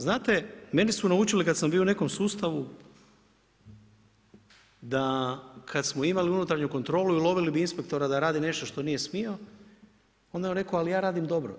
Znate mene su naučili kada sam bio u nekom sustavu da kada smo imali unutarnju kontrolu i ulovili bi inspektora da radi nešto što nije smio, onda je on rekao – ali ja radim dobro.